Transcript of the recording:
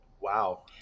Wow